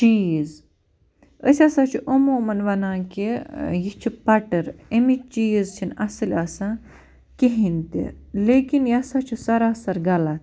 چیٖز أسۍ ہسا چھِ عموٗمَن ونان کہِ یہِ چھُ پٔٹٕر اَمِکۍ چیٖز چھِنہٕ اَصٕل آسان کِہیٖنٛۍ تہٕ لیکن یہِ ہسا چھُ سراسَر غلط